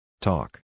Talk